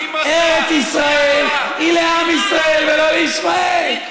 ארץ ישראל היא לעם ישראל ולא לישמעאל.